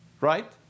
right